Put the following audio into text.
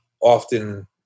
often